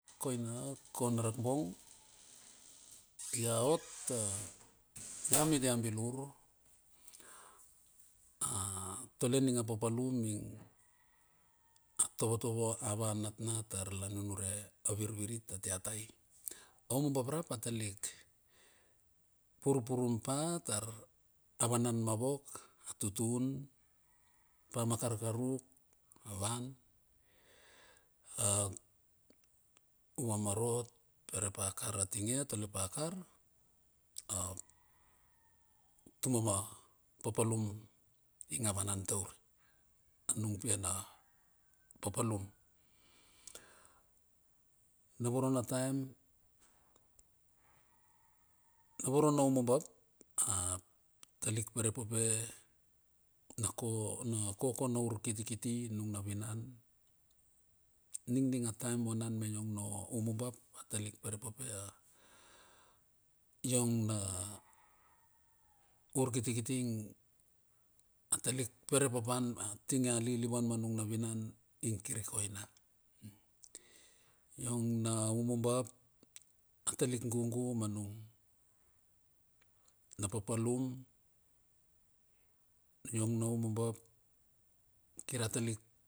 Koina kona rak bong. La ot a ia miti a bilur a tole ninga papalum ing. A tovoto ava natnat tar la nunure a vir virit atia tai. Aumumbap rap atalik purpurum pa tar a vana ma vok. A tutun pa ma karkaruk. A van ap vua ma rot pere pa kar atinge tole pa kar utum ma papalum ing a vanan tauri anung pia na papalum. Na voro na taem na voro naumumbap atalik perepope na ko na kokona urkitikiti. Nung na vinan ning ning a taem vanan me iong na umumbap atalik pere pope a iongna urkiti kiti. A talik perepopana tinge alilivan ma nung na vunana ing kir ikoina. Iong na umumbap atalik gugu ma nung na papalum. Iong na umum bap kir atalik.